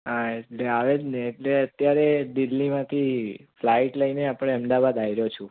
હા એટલે આવે જ ને એટલે અત્યારે દિલ્હીમાંથી ફ્લાઇટ લઈને આપણે અમદાવાદ આવી રહ્યો છું